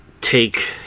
take